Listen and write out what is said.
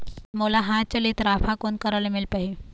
मोला हाथ चलित राफा कोन करा ले मिल पाही?